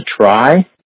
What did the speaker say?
try